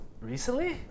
Recently